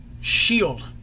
shield